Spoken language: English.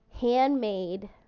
handmade